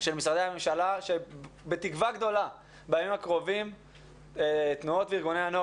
של משרדי הממשלה שבתקווה גדולה בימים הקרובים תנועות וארגוני הנוער